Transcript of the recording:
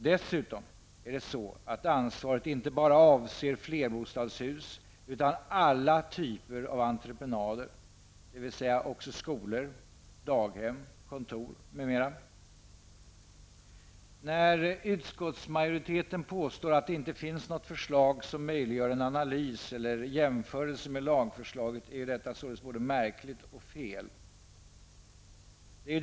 Dessutom avser ansvaret inte bara flerbostadshus utan alla typer av entreprenader, dvs. skolor, daghem, kontor m.m. När utskottsmajoriten påstår att det inte finns något förslag som möjliggör en analys eller jämförelse med lagförslaget är detta således märkligt och fel.